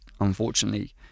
unfortunately